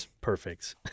perfect